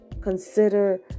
consider